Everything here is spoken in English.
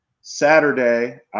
Saturday